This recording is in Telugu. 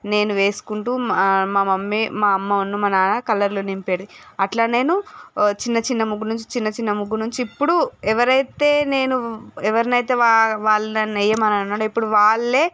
నేను వేసుకుంటూ మా మమ్మీ మా అమ్మను మా నాన్న కలర్లు నింపేటిది అట్ల నేను చిన్న చిన్న ముగ్గు నుంచి చిన్న ముగ్గు నుంచి ఇప్పుడు ఎవరైతే నేను ఎవరినైతే వా వాళ్లు ననను వెయ్యమన్నాడో ఇప్పుడు వాళ్లే